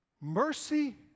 Mercy